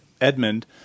Edmund